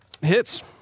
Hits